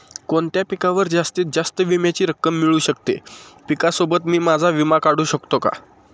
कोणत्या पिकावर जास्तीत जास्त विम्याची रक्कम मिळू शकते? पिकासोबत मी माझा विमा काढू शकतो का?